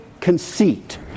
conceit